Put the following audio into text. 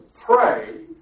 pray